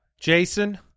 Jason